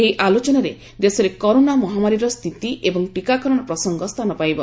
ଏହି ଆଲୋଚନାରେ ଦେଶରେ କରୋନା ମହାମାରୀର ସ୍ଥିତି ଏବଂ ଟୀକାକରଣ ପ୍ରସଙ୍ଗ ସ୍ଥାନ ପାଇବ